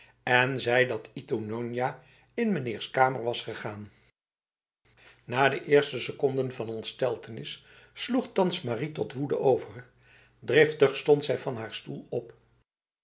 en zei dat itoe njonja in mijnheers kamer was gegaan na de eerste seconden van ontsteltenis sloeg thans marie tot woede over driftig stond zij van haar stoel op